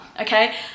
okay